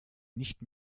nicht